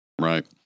Right